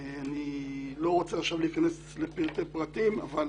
אני לא רוצה להיכנס לפרטי פרטים, אבל